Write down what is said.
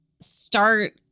start